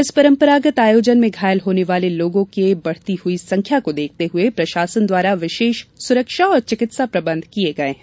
इस परंपरागत आयोजन में घायल होने वाले लोगों के बढ़ती हुई संख्या को देखते हुए प्रशासन द्वारा विशेष सुरक्षा और चिकित्सा प्रबंध किये गये हैं